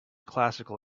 classical